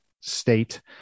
state